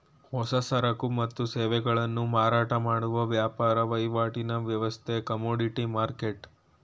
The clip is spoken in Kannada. ಹೊಸ ಸರಕು ಮತ್ತು ಸೇವೆಗಳನ್ನು ಮಾರಾಟ ಮಾಡುವ ವ್ಯಾಪಾರ ವಹಿವಾಟಿನ ವ್ಯವಸ್ಥೆ ಕಮೋಡಿಟಿ ಮರ್ಕೆಟ್